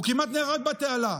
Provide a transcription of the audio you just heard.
הוא כמעט נהרג בתעלה.